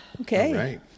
Okay